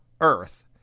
earth